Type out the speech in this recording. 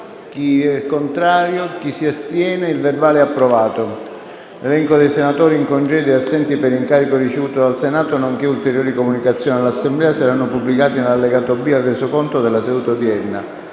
"Il link apre una nuova finestra"). L'elenco dei senatori in congedo e assenti per incarico ricevuto dal Senato, nonché ulteriori comunicazioni all'Assemblea saranno pubblicati nell'allegato B al Resoconto della seduta odierna.